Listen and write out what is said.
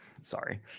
sorry